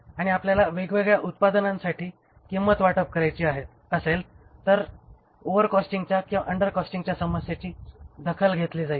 आणि आपल्याला वेगवेगळ्या उत्पादनांसाठी किंमत वाटप करायची असेल तर ओव्हर कॉस्टिंग किंवा अंडर कॉस्टिंगच्या समस्येची दखल घेतली जाईल